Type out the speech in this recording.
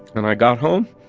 and i got home,